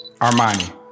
Armani